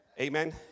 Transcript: Amen